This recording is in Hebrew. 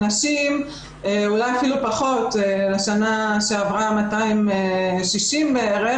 אולי אפילו פחות, בשנה שעברה 260 בערך.